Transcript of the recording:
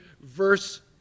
verse